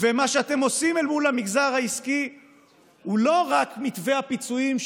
מה שאתם עושים אל מול המגזר העסקי הוא לא רק מתווה הפיצויים,